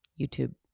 YouTube